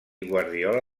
guardiola